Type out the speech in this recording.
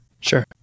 Sure